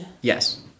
Yes